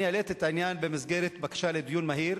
אני העליתי את העניין במסגרת בקשה לדיון מהיר.